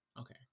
okay